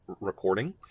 recording